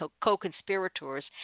co-conspirators